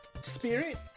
spirit